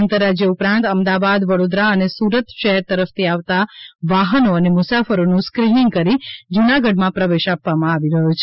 આંતરરાજ્ય ઉપરાંત અમદાવાદ વડોદરા અને સુરત શહેર તરફથી આવતા વાહનો અને મુસાફરોનું સ્કીનિંગ કરી જૂનાગઢમાં પ્રવેશ આપવામાં આવી રહ્યો છે